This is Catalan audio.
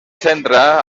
centra